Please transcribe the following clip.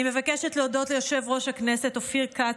אני מבקשת להודות ליושב-ראש הכנסת אופיר כץ,